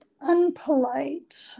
unpolite